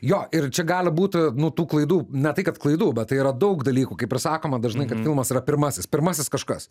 jo ir čia gali būti nu tų klaidų ne tai kad klaidų bet tai yra daug dalykų kaip ir sakoma dažnai kad filmas yra pirmasis pirmasis kažkas